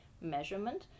measurement